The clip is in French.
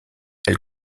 elle